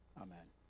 Amen